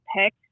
pick